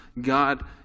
God